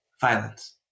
violence